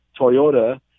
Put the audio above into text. Toyota